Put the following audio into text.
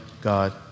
God